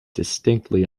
distinctly